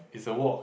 it's a walk